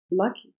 lucky